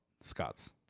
Scots